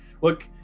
Look